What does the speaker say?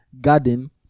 garden